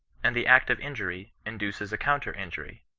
and the act of injury induces a counter injury.